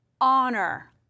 honor